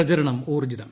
പ്രചരണം ഊൌർജ്ജിതം